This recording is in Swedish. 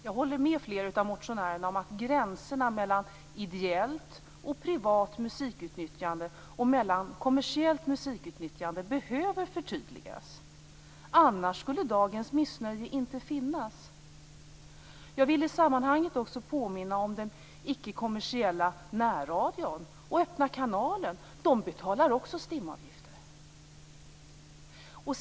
Jag håller med resonemanget från flera av motionärerna om att gränserna mellan ideellt och privat musikutnyttjande och kommersiellt musikutnyttjande behöver förtydligas. Annars skulle dagens missnöje inte finnas. Jag vill i sammanhanget också påminna om den icke kommersiella närradion och Öppna kanalen. De betalar också STIM-avgifter.